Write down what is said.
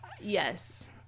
Yes